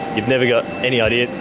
you've never got any idea.